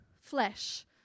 flesh